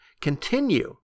continue